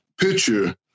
picture